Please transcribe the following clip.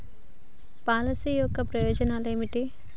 Policy యొక్క ప్రయోజనాలు ఏమిటి?